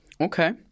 Okay